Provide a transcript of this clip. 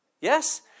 Yes